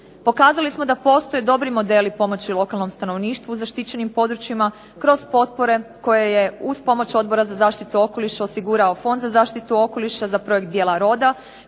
Pokazali smo da postoje dobri modeli pomoći lokalnom stanovništvu u zaštićenim područjima kroz potpore koje je uz pomoć Odbora za zaštitu okoliša osigurao Fonda za zaštitu okoliša za projekt djela "Roda"